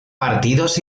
partidos